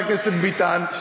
חבר הכנסת ביטן,